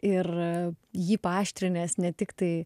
ir jį paaštrinęs ne tiktai